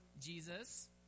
Jesus